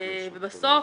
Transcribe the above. בסוף